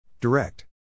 Direct